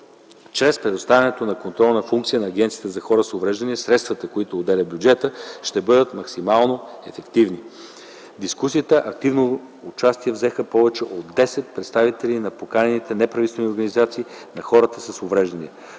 Чрез предоставянето на контролни функции на Агенцията за хората с увреждания средствата, които отделя бюджетът, ще бъдат максимално ефективни. В дискусията активно участие взеха повече от десет представители на поканените неправителствени организации за и на хората с увреждания.